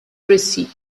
receipt